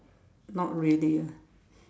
not really ah